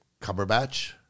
Cumberbatch